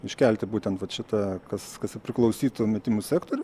iškelti būtent vat šitą kas kas ir priklausytų metimų sektoriui